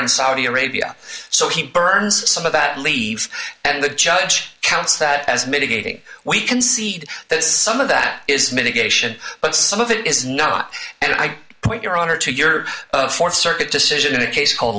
in saudi arabia so he burns some of that leaves and the judge counts that as mitigating we concede that some of that is mitigation but some of it is not and i point your honor to your th circuit decision in a case c